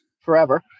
forever